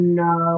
no